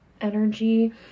energy